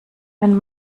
wenn